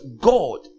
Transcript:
God